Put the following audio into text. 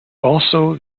also